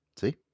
see